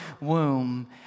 womb